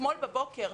אתמול בבוקר,